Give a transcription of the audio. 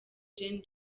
gen